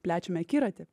plečiame akiratį